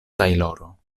tajloro